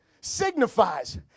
signifies